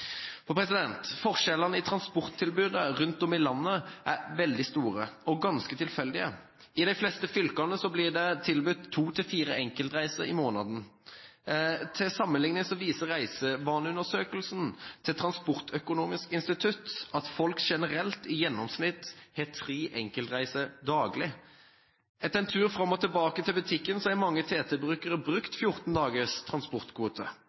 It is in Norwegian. Forskjellene i transporttilbudet rundt om i landet er veldig store og ganske tilfeldige. I de fleste fylkene blir det tilbudt to–fire enkeltreiser i måneden. Til sammenligning viser reisevaneundersøkelsen til Transportøkonomisk institutt at folk generelt i gjennomsnitt har tre enkeltreiser daglig. Etter en tur fram og tilbake til butikken har mange TT-brukere brukt 14 dagers transportkvote.